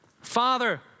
Father